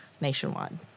nationwide